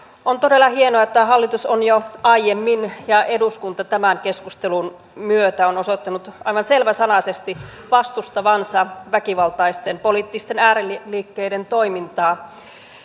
on todella hienoa että hallitus on jo aiemmin ja eduskunta tämän keskustelun myötä osoittanut aivan selväsanaisesti vastustavansa väkivaltaisten poliittisten ääriliikkeiden toimintaa